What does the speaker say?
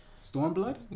stormblood